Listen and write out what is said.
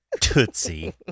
Tootsie